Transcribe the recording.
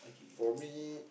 for me